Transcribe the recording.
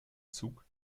zug